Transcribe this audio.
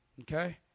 Okay